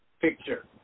Picture